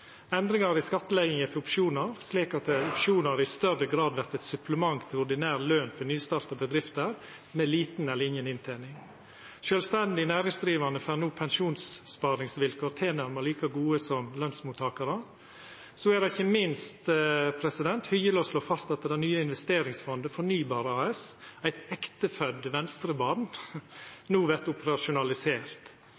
endringar i skattlegging av opsjonar, slik at opsjonar i større grad vert eit supplement til ordinær løn for nystarta bedrifter med lita eller inga inntening. Sjølvstendig næringsdrivande får no pensjonssparingsvilkår tilnærma like gode som lønsmottakarar. Ikkje minst er det hyggeleg å slå fast at det nye investeringsfondet, Fornybar AS, eit